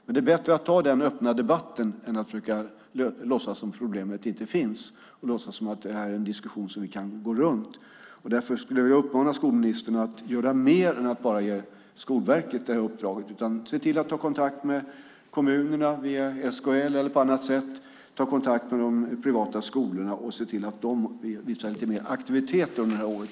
Men det är bättre att ta den öppna debatten än att försöka låtsas som att problemet inte finns och att det är en diskussion som vi kan gå runt. Därför skulle jag vilja uppmana skolministern att göra mer än att bara ge Skolverket det här uppdraget, att se till att ta kontakt med kommunerna via SKL eller på annat sätt, ta kontakt med de privata skolorna och se till att de visar lite mer aktivitet under det här året.